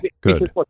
good